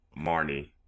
Marnie